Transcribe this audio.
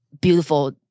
beautiful